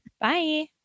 Bye